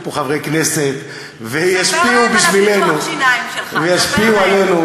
פה חברי כנסת וישפיעו בשבילנו וישפיעו עלינו,